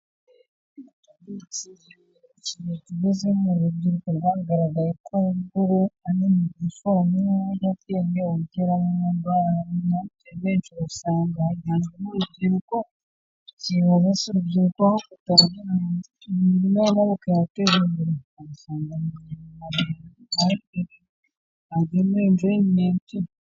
yo igihe kigeze bambwe mu rubyiruko rwagaragaye ko guru ari mu gufu natin abateranaga benshi basanga urubyiruko ki se urubyiruko kuta'amake yate imbere kagame juinment